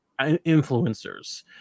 influencers